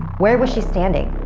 where was she standing?